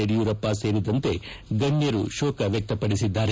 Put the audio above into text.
ಯಡಿಯೂರಪ್ಪ ಸೇರಿದಂತೆ ಗಣ್ಣರು ಶೋಕ ವ್ಯಕ್ತಪಡಿಸಿದ್ದಾರೆ